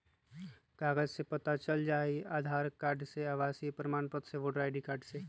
कागज से पता चल जाहई, आधार कार्ड से, आवासीय प्रमाण पत्र से, वोटर कार्ड से?